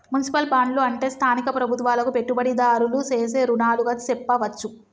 municipal బాండ్లు అంటే స్థానిక ప్రభుత్వాలకు పెట్టుబడిదారులు సేసే రుణాలుగా సెప్పవచ్చు